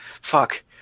Fuck